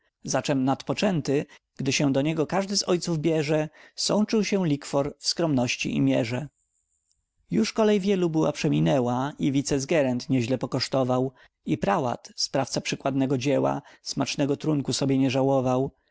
zaczem nadpoczęty gdy się do niego każdy z ojców bierze suszył się likwor w skromności i mierze już kolej wielu była przeminęła i wicesgerent nie źle pokosztował i prałat sprawca przykładnego dzieła smacznego trunku sobie nie żałował